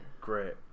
great